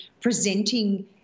presenting